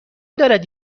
دارد